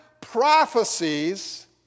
prophecies